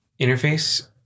interface